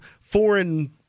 foreign